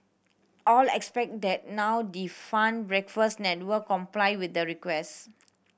all expect that now defunct Breakfast Network complied with the request